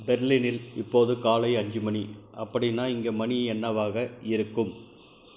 பெர்லினில் இப்போது காலை அஞ்சு மணி அப்படினால் இங்கே மணி என்னவாக இருக்கும்